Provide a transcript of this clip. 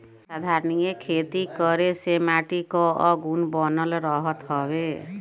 संधारनीय खेती करे से माटी कअ गुण बनल रहत हवे